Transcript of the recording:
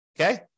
okay